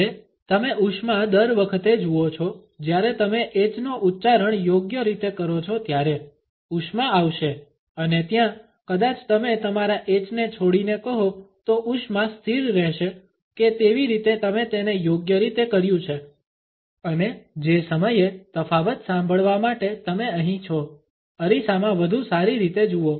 હવે તમે ઉષ્મા દર વખતે જુઓ છો જ્યારે તમે h નો ઉચ્ચારણ યોગ્ય રીતે કરો છો ત્યારે ઉષ્મા આવશે Refer slide time 0823 અને ત્યાં કદાચ તમે તમારા h ને છોડીને કહો તો ઉષ્મા સ્થિર રહેશે કે તેવી રીતે તમે તેને યોગ્ય રીતે કર્યું છે અને જે સમયે તફાવત સાંભળવા માટે તમે અહીં છો અરીસામાં વધુ સારી રીતે જુવો